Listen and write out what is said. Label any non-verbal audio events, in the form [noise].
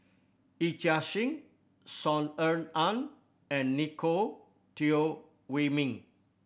Yee Chia Hsing Saw Ean Ang and [unintelligible] Teo Wei Min